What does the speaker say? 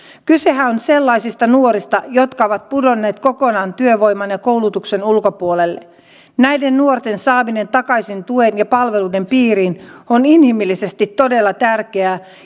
kysehän on sellaisista nuorista jotka ovat pudonneet kokonaan työvoiman ja koulutuksen ulkopuolelle näiden nuorten saaminen takaisin tuen ja palveluiden piiriin on inhimillisesti todella tärkeää